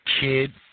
kid